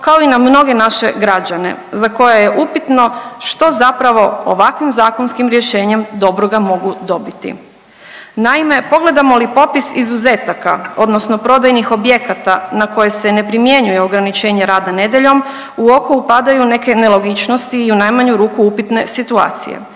kao i na mnoge naše građane za koje je upitno što zapravo ovakvim zakonskim rješenjem dobroga mogu dobiti. Naime, pogledamo li popis izuzetaka odnosno prodajnih objekata na koje se ne primjenjuje ograničenje rada nedjeljom u oko upadaju neke nelogičnosti i u najmanju ruku upitne situacije.